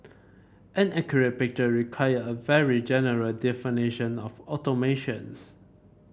an accurate picture require a very general definition of automations